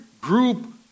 group